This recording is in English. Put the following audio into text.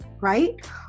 right